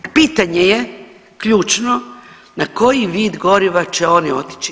Pitanje je ključno na koji vid goriva će oni otići.